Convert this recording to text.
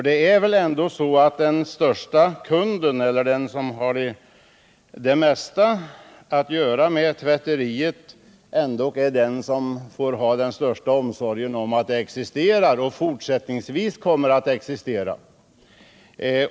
Det är väl ändå så att den kund som har mest att göra med tvätterierna också skall ha det största ansvaret för att de fortsättningsvis existerar.